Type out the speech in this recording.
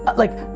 like,